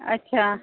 अच्छा